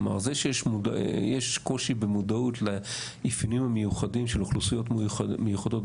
זה שיש קושי במודעות לאפיונים המיוחדים של אוכלוסיות מיוחדות,